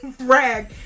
rag